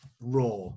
raw